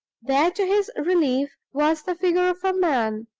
there, to his relief, was the figure of a man,